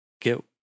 get